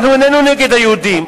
אנחנו לא נגד היהודים,